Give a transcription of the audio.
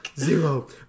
Zero